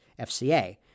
FCA